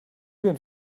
denn